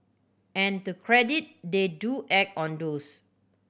and to credit they do act on those